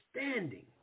understanding